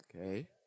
okay